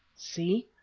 see!